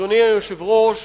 אדוני היושב-ראש,